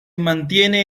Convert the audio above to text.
mantiene